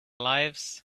lives